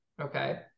Okay